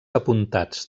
apuntats